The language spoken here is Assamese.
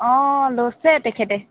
অঁ লৈছে তেখেতে